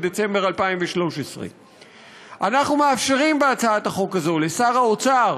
דצמבר 2013. אנחנו מאפשרים בהצעת החוק הזאת לשר האוצר